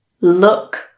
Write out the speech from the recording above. look